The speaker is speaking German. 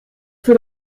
für